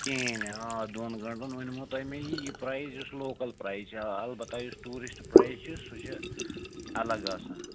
کِہیٖنۍ نہٕ آ دۄن گٲنٛٹن ؤنۍمو تۄہہِ مےٚ یی یہِ پرٛایِز یُس لوکَل پرٛایز چھِ البتہ یُس ٹوٗرِسٹ پرٛایز چھِ سُہ چھِ الگ آسان